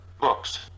books